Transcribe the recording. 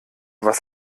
was